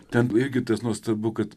ten irgi tas nuostabu kad